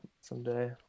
someday